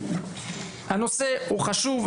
הנושא הוא חשוב,